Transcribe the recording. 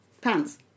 pants